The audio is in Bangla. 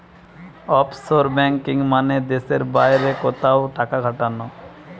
অফশোর ব্যাঙ্কিং মানে দেশের বাইরে কোথাও টাকা খাটানো